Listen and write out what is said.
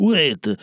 Wait